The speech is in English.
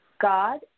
God